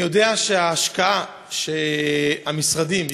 אני יודע שההשקעה שהמשרדים,